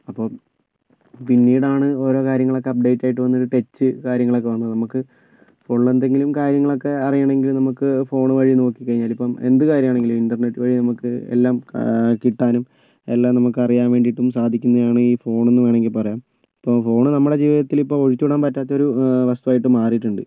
അപ്പോൾ പിന്നീടാണ് ഓരോ കാര്യങ്ങളൊക്കെ അപ്ഡേറ്റ് ആയി വന്നത് ടച്ച് കാര്യങ്ങളൊക്കെ വന്നത് നമുക്ക് ഫോണിൽ എന്തെങ്കിലും കാര്യങ്ങളൊക്കെ അറിയണമെങ്കിൽ നമുക്ക് ഫോൺ വഴി നോക്കി കഴിഞ്ഞാൽ ഇപ്പം എന്ത് കാര്യമാണെങ്കിലും ഇൻറ്റർനെറ്റ് വഴി എല്ലാം കിട്ടാനും എല്ലാം നമുക്ക് അറിയാൻവേണ്ടിയിട്ടും സാധിക്കുന്നതാണ് ഈ ഫോണെന്ന് വേണമെങ്കിൽ പറയാം ഇപ്പോൾ ഫോൺ നമ്മുടെ ജീവിതത്തിൽ ഇപ്പോൾ ഒഴിച്ചുകൂടാൻ പറ്റാത്ത ഒരു വസ്തുവായിട്ട് മാറിയിട്ടുണ്ട്